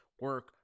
Work